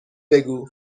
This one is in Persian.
بگو